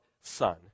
son